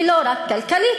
ולא רק כלכלית.